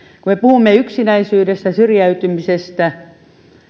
kun me puhumme yksinäisyydestä ja syrjäytymisestä